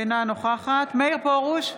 אינה נוכחת מאיר פרוש,